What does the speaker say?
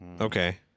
Okay